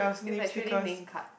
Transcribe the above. is actually name card